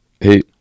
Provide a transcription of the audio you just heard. hey